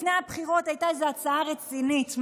לפני הבחירות הייתה איזו הצעה רצינית.